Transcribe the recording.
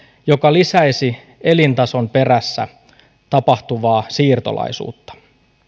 joka lisäisi elintason perässä tapahtuvaa siirtolaisuutta